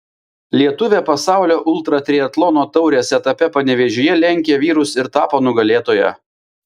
lietuvė pasaulio ultratriatlono taurės etape panevėžyje lenkė vyrus ir tapo nugalėtoja